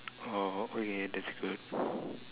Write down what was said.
oh okay that's good